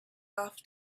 off